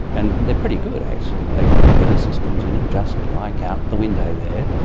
and they're pretty good actually, they've got weather systems in them, just like out the window there,